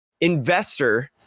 investor